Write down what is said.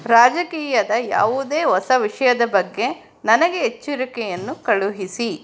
ರಾಜಕೀಯದ ಯಾವುದೇ ಹೊಸ ವಿಷಯದ ಬಗ್ಗೆ ನನಗೆ ಎಚ್ಚರಿಕೆಯನ್ನು ಕಳುಹಿಸಿ